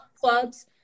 clubs